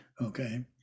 Okay